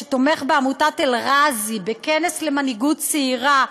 שתומך בעמותת "אלראזי" בכנס למנהיגות צעירה,